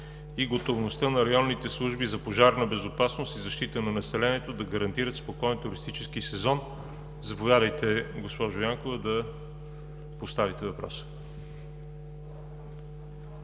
и готовността на районните служби за пожарна безопасност и защита на населението да гарантират спокоен туристически сезон. Заповядайте, госпожо Янкова, да поставите въпроса.